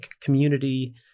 community